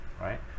right